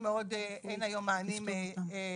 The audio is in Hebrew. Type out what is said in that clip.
אין להם היום מענים מתאימים.